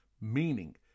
meaning